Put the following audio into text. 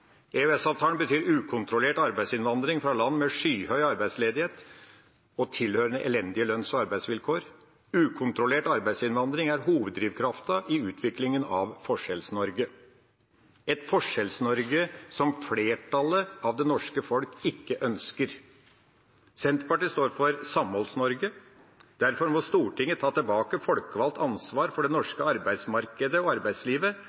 betyr ukontrollert arbeidsinnvandring fra land med skyhøy arbeidsledighet og tilhørende elendige lønns- og arbeidsvilkår. Ukontrollert arbeidsinnvandring er hoveddrivkraften i utviklingen av Forskjells-Norge, et Forskjells-Norge som flertallet av det norske folk ikke ønsker. Senterpartiet står for Samholds-Norge. Derfor må Stortinget ta tilbake folkevalgt ansvar for det norske arbeidsmarkedet og arbeidslivet,